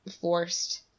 forced